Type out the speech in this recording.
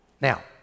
Now